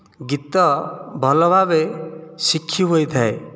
ଗୀତ ଭଲ ଭାବେ ଶିଖି ହୋଇଥାଏ